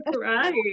right